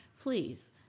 please